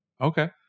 Okay